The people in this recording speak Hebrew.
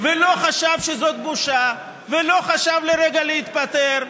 ולא חשב שזאת בושה ולא חשב לרגע להתפטר?